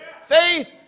faith